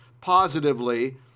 positively